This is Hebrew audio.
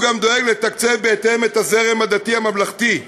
הוא גם דואג לתקצב בהתאם את הזרם הדתי הממלכתי.